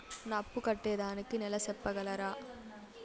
నా అప్పు కట్టేదానికి నెల సెప్పగలరా?